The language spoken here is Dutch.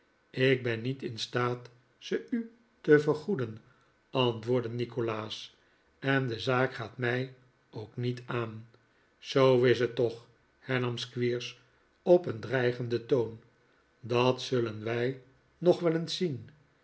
ik ben niet in staat ze u te vergoeden antwoordde nikolaas en de zaak gaat mij ook niet aan zoo is t toch hernam squeers op een dreigenden toon dat zullen wij nog wel eens zien